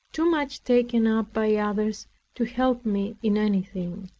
too much taken up by others to help me in anything.